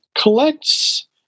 collects